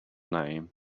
name